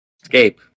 Escape